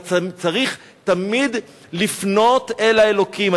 אתה צריך תמיד לפנות אל האלוקים,